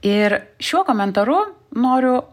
ir šiuo komentaru noriu